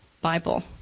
Bible